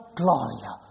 gloria